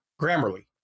Grammarly